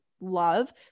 love